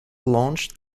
launched